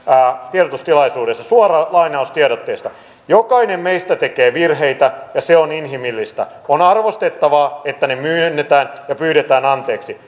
tiedotustilaisuudessa suora lainaus tiedotteesta jokainen meistä tekee virheitä ja se on inhimillistä on arvostettavaa että ne myönnetään ja pyydetään anteeksi